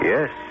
Yes